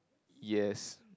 yes